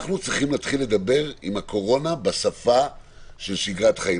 אנחנו צריכים להתחיל לדבר עם הקורונה בשפה של שגרת חיים.